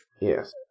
Yes